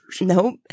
Nope